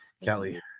Kelly